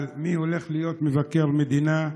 על מי הולך להיות מבקר מדינה,